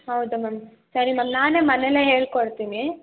ಹೌದಾ ಮ್ಯಾಮ್ ಸರಿ ಮ್ಯಾಮ್ ನಾನೇ ಮನೇಲ್ಲೆ ಹೇಳಿಕೊಡ್ತೀನಿ